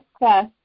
Yes